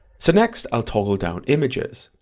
so next i'll toggle down images,